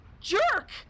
jerk